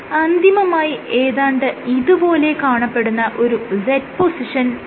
അന്തിമമായി ഏതാണ്ട് ഇത് പോലെ കാണപ്പെടുന്ന ഒരു Z പൊസിഷൻ vs